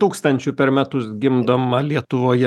tūkstančių per metus gimdoma lietuvoje